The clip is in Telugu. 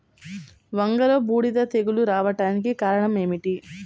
వంగలో బూడిద తెగులు రావడానికి కారణం ఏమిటి?